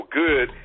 good